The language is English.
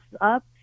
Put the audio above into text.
up